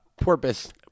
Porpoise